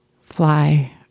fly